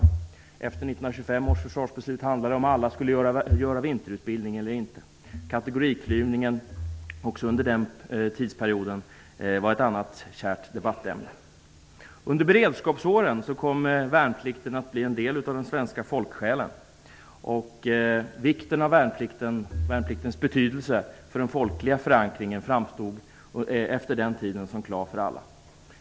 Efter 1925 års försvarsbeslut handlade det om huruvida alla skulle genomgå vinterutbildning eller inte. Kategoriklyvningen under den tidsperioden var ett annat kärt debattämne. Under beredskapsåren kom värnplikten att bli en del av den svenska folksjälen. Värnpliktens betydelse för den folkliga förankringen framstod efter den tiden som klar för alla.